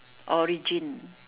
origin